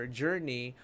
journey